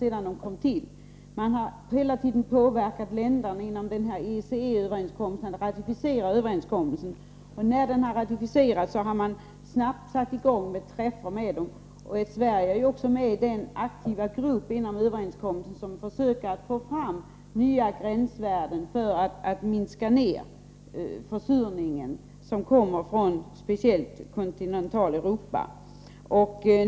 Man har hela tiden påverkat länderna att ratificera ECE-överenskommelsen, och sedan den ratificerats har man snabbt satt i gång träffar med resp. länder. Sverige är också med i den aktiva grupp bland de deltagande länderna som försöker få fram nya gränsvärden och därmed minska den försurning som kommer speciellt från Kontinentaleuropa.